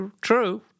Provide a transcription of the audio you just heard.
true